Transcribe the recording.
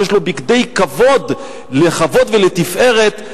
שיש לו בגדי כבוד לכבוד ולתפארת,